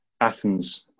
Athens